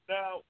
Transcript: Now